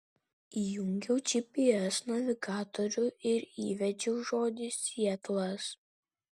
įjungiau gps navigatorių ir įvedžiau žodį sietlas